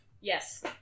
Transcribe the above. Yes